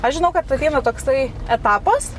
aš žinau kad ateina toks tai etapas